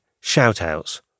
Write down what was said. Shoutouts